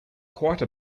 quite